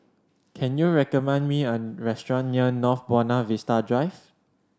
can you recommend me a restaurant near North Buona Vista Drive